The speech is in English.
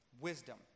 wisdom